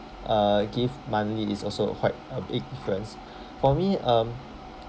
uh give monthly is also quite a big difference for me um